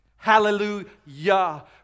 Hallelujah